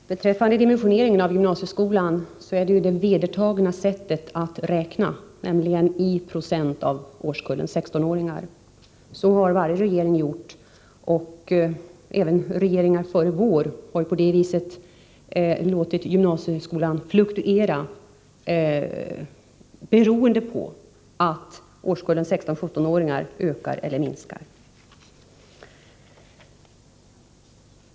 Fru talman! Beträffande dimensioneringen av gymnasieskolan vill jag säga att det vedertagna sättet att räkna är att ange antalet platser i procent av årskullen 16-åringar. Så har varje regering gjort. Även regeringar före den nuvarande har på det sättet låtit dimensioneringen av gymnasieskolan fluktuera beroende på om årskullen 16-åringar ökar eller minskar.